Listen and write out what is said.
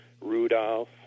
Rudolph